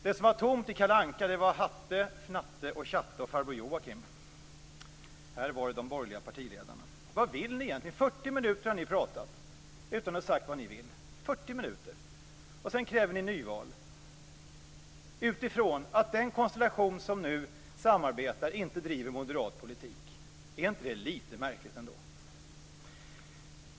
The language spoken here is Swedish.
Det som var tomt i Kalle Anka-tidningen var Knattes, Fnattes, Tjattes och farbror Joakims pratbubblor. Här var det de borgerliga partiledarnas pratbubblor. Vad vill ni egentligen? Ni har pratat i 40 minuter utan att säga vad ni vill. Och sedan kräver ni nyval utifrån att den konstellation som nu samarbetar inte driver moderat politik. Är det ändå inte lite märkligt?